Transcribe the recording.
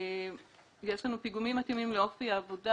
יש לנו "פיגומים מתאימים לאופי העבודה"